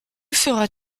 feras